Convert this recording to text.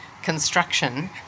Construction